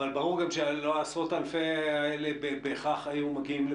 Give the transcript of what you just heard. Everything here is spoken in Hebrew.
אבל ברור גם לא עשרות אלפי האנשים האלה בהכרח היו מגיעים.